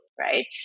right